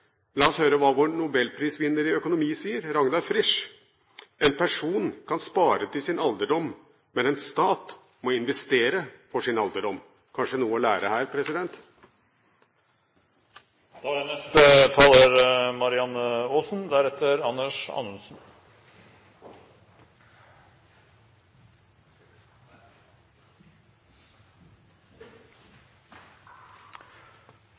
La oss høre hva vår nobelprisvinner i økonomi, Ragnar Frisch, sier: En person kan spare til sin alderdom, men en stat må investere for sin alderdom. Kanskje noe å lære her?